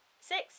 Six